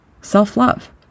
self-love